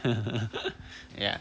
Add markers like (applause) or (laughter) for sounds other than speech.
(laughs) ya